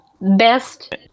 best